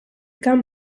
gum